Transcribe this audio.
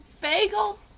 bagel